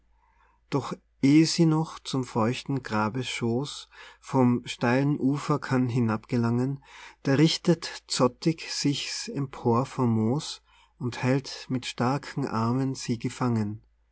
doch eh sie noch zum feuchten grabesschooß vom steilen ufer kann hinab gelangen da richtet zottig sich's empor vom moos und hält mit starkem arme sie gefangen